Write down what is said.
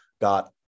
Got